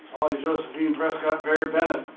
josephine prescott baird bennett.